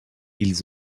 ils